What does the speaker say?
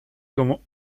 como